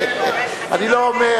שאין לי שום דבר,